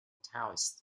taoist